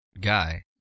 guy